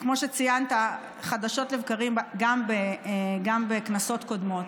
כמו שציינת, חדשות לבקרים, גם בכנסות קודמות.